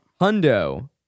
Hundo